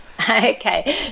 okay